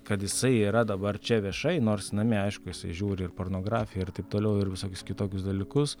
kad jisai yra dabar čia viešai nors namie aišku jisai žiūri ir pornografiją ir taip toliau ir visokius kitokius dalykus